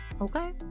okay